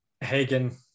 Hagen